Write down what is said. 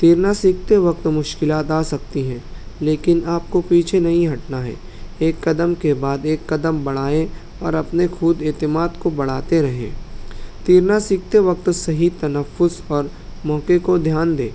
تیرنا سیکھتے وقت مشکلات آ سکتی ہیں لیکن آپ کو پیچھے نہیں ہٹنا ہے ایک قدم کے بعد ایک قدم بڑھائیں اور اپنے خود اعتماد کو بڑھاتے رہیں تیرنا سیکھتے وقت صحیح تنفس اور موقعے کو دھیان دیں